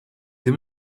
ddim